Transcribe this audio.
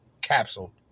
Capsule